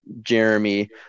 Jeremy